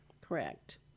Correct